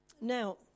now